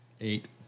eight